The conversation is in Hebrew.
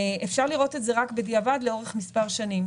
אפשר לראות את זה רק בדיעבד לאורך מספר שנים.